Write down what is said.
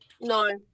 No